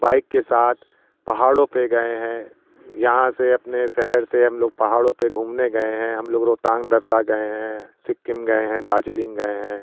bike के साथ पहाड़ों पे गए हैं यहाँ से अपने शहर से हम लोग पहाड़ों पे घूमने गए हैं हम लोग रोहतांग दर्रा गए हैं सिक्किम गए हैं दार्जलिंग गए हैं